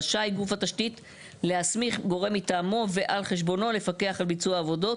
רשאי גוף התשתית להסמיך גורם מטעמו ועל חשבונו לפקח על ביצוע העבודות,